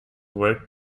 work